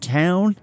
town